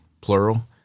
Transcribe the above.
plural